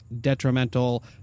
detrimental